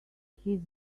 his